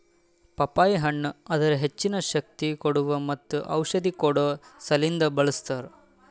ಪಪ್ಪಾಯಿ ಹಣ್ಣ್ ಅದರ್ ಹೆಚ್ಚಿನ ಶಕ್ತಿ ಕೋಡುವಾ ಮತ್ತ ಔಷಧಿ ಕೊಡೋ ಸಲಿಂದ್ ಬಳ್ಸತಾರ್